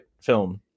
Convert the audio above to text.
film